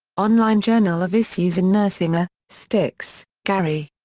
online journal of issues in nursing. ah stix, gary.